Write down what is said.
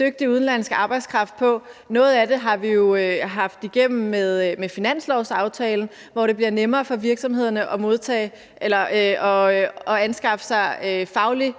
dygtig udenlandsk arbejdskraft på. Noget af det har vi jo haft igennem med finanslovsaftalen, hvor det bliver nemmere for virksomhederne at skaffe sig faglig